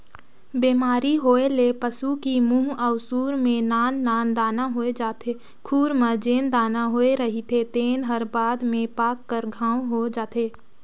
बेमारी होए ले पसू की मूंह अउ खूर में नान नान दाना होय जाथे, खूर म जेन दाना होए रहिथे तेन हर बाद में पाक कर घांव हो जाथे